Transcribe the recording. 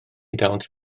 dawns